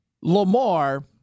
Lamar